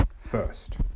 first